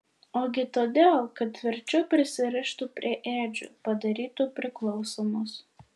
ogi todėl kad tvirčiau pririštų prie ėdžių padarytų priklausomus